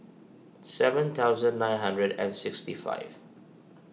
seven thousand nine hundred and sixty five